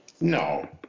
no